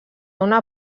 una